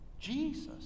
Jesus